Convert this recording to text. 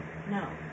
No